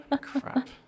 crap